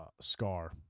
Scar